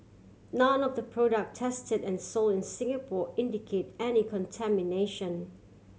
none of the product tested and sold in Singapore indicate any contamination